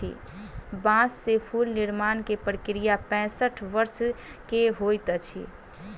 बांस से फूल निर्माण के प्रक्रिया पैसठ वर्ष के होइत अछि